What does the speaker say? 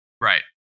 Right